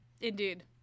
Indeed